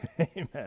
amen